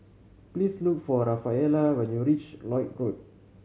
please look for Rafaela when you reach Lloyd Road